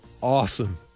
Awesome